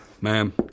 Ma'am